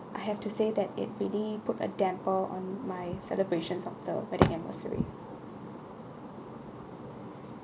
I have to say that it really put a damper on my celebrations of the wedding anniversary